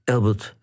Albert